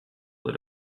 that